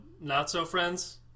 not-so-friends